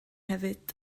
hefyd